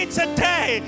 today